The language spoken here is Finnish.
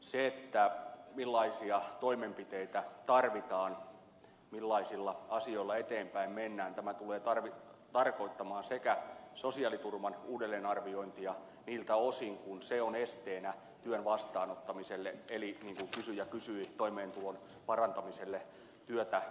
se millaisia toimenpiteitä tarvitaan millaisilla asioilla eteenpäin mennään tulee tarkoittamaan sosiaaliturvan uudelleenarviointia niiltä osin kuin se on esteenä työn vastaanottamiselle eli mitä kysyjä kysyi toimeentulon parantamiselle työtä tekemällä